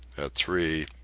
at three,